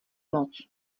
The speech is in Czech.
moc